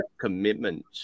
commitment